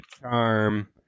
charm